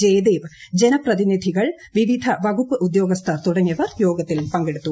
ജയദേവ് ജനപ്രതിനിധികൾ വിവിധ വകുപ്പ് ഉദ്യോഗസ്ഥർ തുടങ്ങിയവർ യോഗത്തിൽ പങ്കെടുത്തു